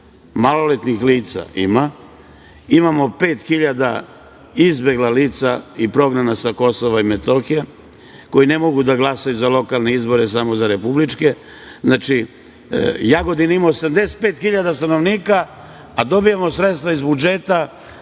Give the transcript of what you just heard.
maloletnih lica ima, imamo pet hiljada izbegla lica i prognana sa KiM koji ne mogu da glasaju za lokalne izbore, samo za republičke, znači Jagodina ima 85 hiljada stanovnika, a dobijamo sredstva iz budžeta